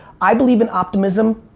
i believe in optimism.